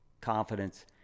confidence